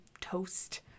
toast